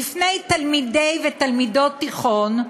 בפני תלמידי ותלמידות תיכון,